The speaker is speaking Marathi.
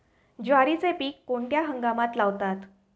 ज्वारीचे पीक कोणत्या हंगामात लावतात?